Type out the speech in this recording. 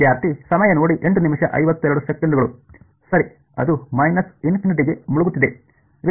ಸರಿ ಅದು ಗೆ ಮುಳುಗುತ್ತಿದೆ